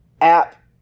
App